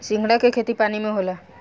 सिंघाड़ा के खेती पानी में होला